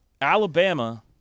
Alabama –